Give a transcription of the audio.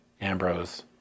Ambrose